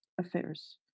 affairs